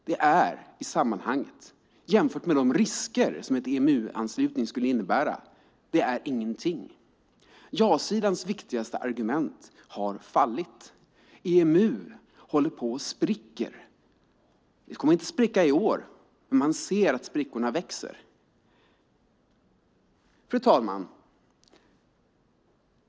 Det är i sammanhanget jämfört med de risker som en EMU-anslutning skulle innebära ingenting. Ja-sidans viktigaste argument har fallit. EMU håller på att spricka. Den kommer inte att spricka helt i år, men man ser att sprickorna växer. Fru talman!